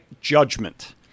judgment